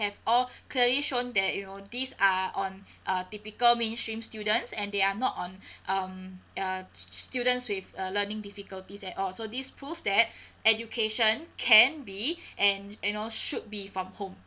have all clearly shown that you know these are on uh typical mainstream students and they are not on um uh s~ s~ students with uh learning difficulties at all so these proof that education can be and you know should be from home